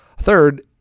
Third